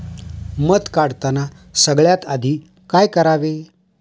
मध काढताना सगळ्यात आधी काय करावे?